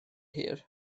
hir